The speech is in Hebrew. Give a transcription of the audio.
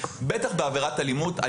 בטח בעבירת אלימות,